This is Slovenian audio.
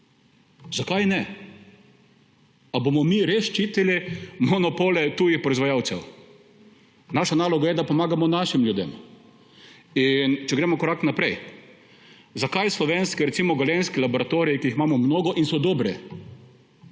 Zakaj ne? Ali bomo mi res ščitili monopole tujih proizvajalcev? Naša naloga je, da pomagamo našim ljudem. In če gremo korak naprej. Zakaj slovenski recimo galenski laboratoriji, ki jih imamo mnogo in so dobri,